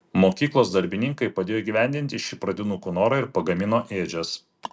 mokyklos darbininkai padėjo įgyvendinti šį pradinukų norą ir pagamino ėdžias